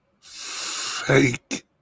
fake